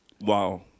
Wow